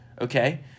okay